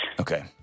Okay